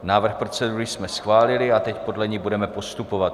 Návrh procedury jsme schválili a teď podle ní budeme postupovat.